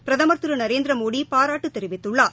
பிரதமர் திரு நரேந்திரமோடி பாராட்டு தெரிவித்துள்ளார்